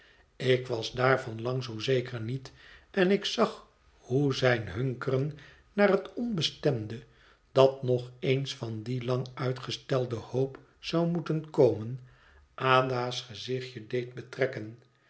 ik was daarvan lang zoo zeker niet en ik zag hoe zijn hunkeren naar het onbestemde dat nog eens van die lang uitgestelde hoop zou moeten komen ada's gezichtje deed betrekken